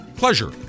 Pleasure